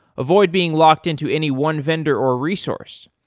avoid being locked-in to any one vendor or resource.